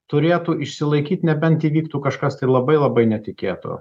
turėtų išsilaikyt nebent įvyktų kažkas tai labai labai netikėto